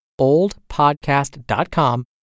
oldpodcast.com